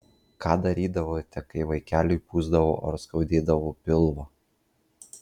ką darydavote kai vaikeliui pūsdavo ar skaudėdavo pilvą